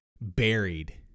buried